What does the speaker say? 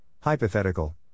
Hypothetical